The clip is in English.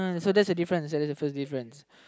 so there's a difference ya the first difference